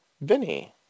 Vinny